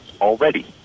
already